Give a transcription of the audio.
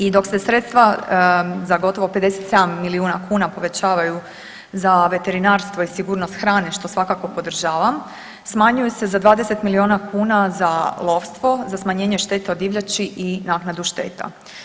I dok se sredstva za gotovo 57 milijuna kuna povećavaju za veterinarstvo i sigurnost hrane što svakako podržavam, smanjuje se za 20 milijuna kuna za lovstvo, za smanjenje štete od divljači i naknadu šteta.